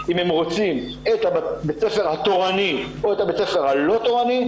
אם הם רוצים את בית ספר התורני או את בית הספר הלא תורני,